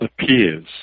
appears